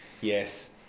Yes